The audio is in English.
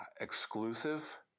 exclusive